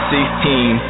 Sixteen